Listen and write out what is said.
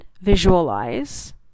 visualize